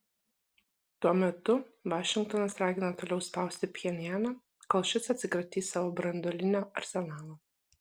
tuo metu vašingtonas ragina toliau spausti pchenjaną kol šis atsikratys savo branduolinio arsenalo